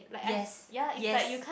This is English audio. yes yes